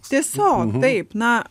tiesiog taip na